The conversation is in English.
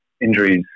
injuries